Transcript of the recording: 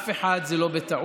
אף אחד זה לא בטעות.